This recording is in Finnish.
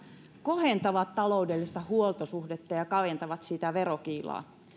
kohentavat taloudellista huoltosuhdetta ja kaventavat verokiilaa